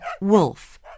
Wolf